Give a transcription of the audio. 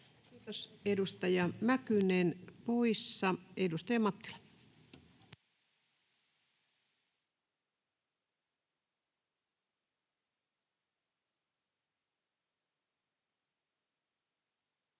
Kiitos. — Edustaja Mäkynen, poissa. — Edustaja Mattila. [Speech